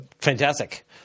Fantastic